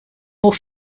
more